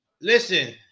listen